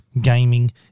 gaming